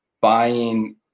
buying